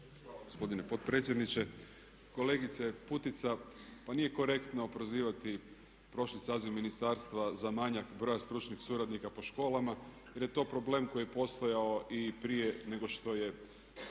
(SDP)** Gospodine potpredsjedniče, kolegice Putica. Pa nije korektno prozivati prošli saziv ministarstva za manjak broja stručnih suradnika po školama, jer je to problem koji je postojao i prije nego što je